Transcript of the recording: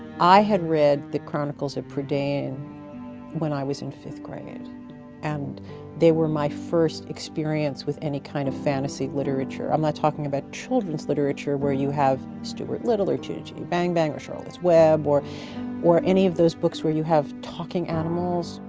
i had read the chronicles of prydain when i was in fifth grade and they were my first experience with any kind of fantasy literature. i'm not talking about children's literature where you have stuart little, or chitty chitty bang, bang or charlotte's web or or any of those books where you have talking animals.